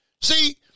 See